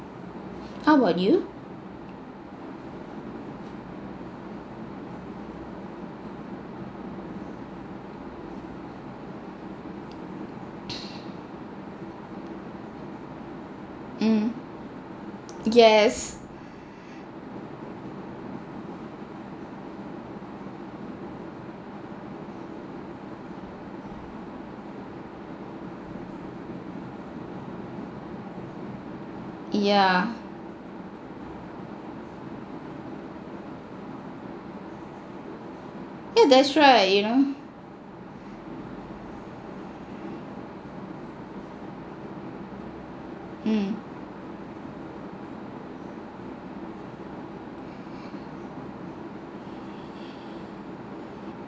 how about you mm yes yeah yeah that's right you know hmm